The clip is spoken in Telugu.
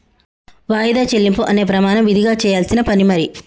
వాయిదా చెల్లింపు అనే ప్రమాణం విదిగా చెయ్యాల్సిన పని మరి